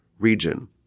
region